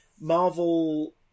Marvel